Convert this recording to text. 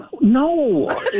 No